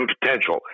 potential